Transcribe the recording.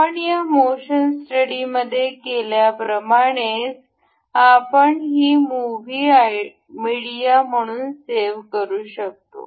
आपण या मोशन स्टडीमध्ये केल्या प्रमाणेच आपण ही मूव्ही मीडिया म्हणून सेव्ह करू शकतो